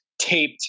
taped